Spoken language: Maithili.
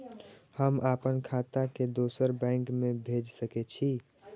हम आपन खाता के दोसर बैंक में भेज सके छी?